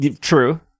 true